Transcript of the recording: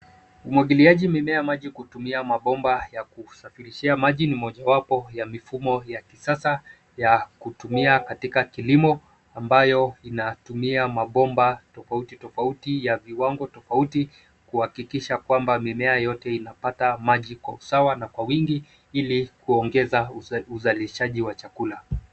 Umwagiliaji mimea maji kutumia mabomba ya kusafirishia maji ni mojawapo ya mifumo ya kisasa ya kutumia katika kilimo ambayo inatumia mabomba tofauti tofauti ya viwango tofauti kuhakikisha kwamba mimea yote inapata maji kwa usawa na kwa wingi ili kuongeza uzalishaji wa chakula.